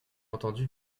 entendu